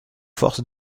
forces